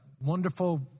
wonderful